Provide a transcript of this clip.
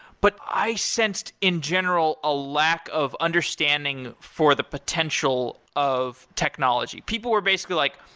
but i sensed in general a lack of understanding for the potential of technology. people were basically like,